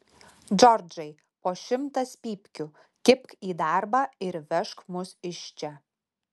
džordžai po šimtas pypkių kibk į darbą ir vežk mus iš čia